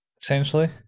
essentially